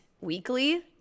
weekly